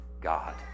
God